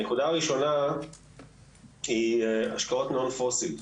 הנקודה הראשונה היא השקעות שהן Non fossil,